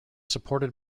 supported